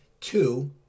Two